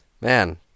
Man